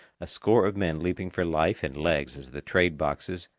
a score of men leaping for life and legs as the trade-boxes,